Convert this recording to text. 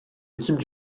équipes